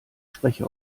spreche